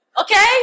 okay